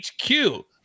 HQ